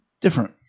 Different